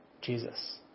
Jesus